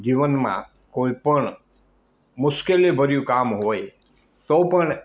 જીવનમાં કોઈ પણ મુશ્કેલીભર્યું કામ હોય તો પણ